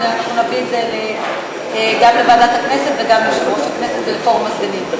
ואנחנו נביא את זה גם לוועדת הכנסת וגם ליושב-ראש הכנסת ולפורום הסגנים.